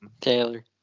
Taylor